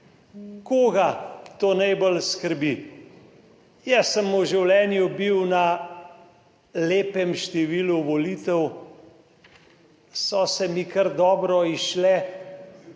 Koga to najbolj skrbi? Jaz sem v življenju bil na lepem številu volitev, so se mi kar dobro izšle